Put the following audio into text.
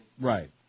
Right